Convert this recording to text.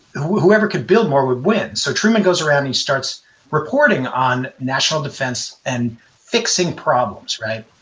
whoever can build more will win so truman goes around and he starts reporting on national defense and fixing problems, right?